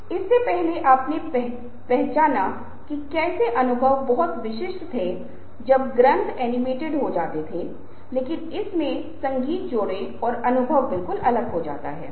हम फिर से यह पता लगाने की कोशिश करेंगे कि ऐसा कैसे होता है जब हम इसे एक साथ करते हैं तो व्यक्तित्व परिलक्षित होता है